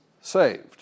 saved